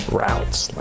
routes